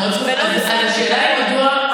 השאלה היא מדוע,